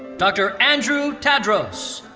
dr. andrew tadros.